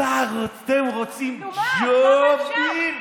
אתם רוצים ג'ובים?